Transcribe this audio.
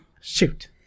Shoot